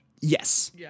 Yes